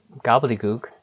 gobbledygook